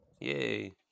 Yay